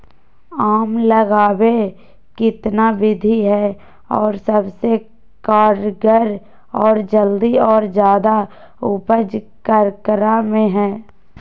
आम लगावे कितना विधि है, और सबसे कारगर और जल्दी और ज्यादा उपज ककरा में है?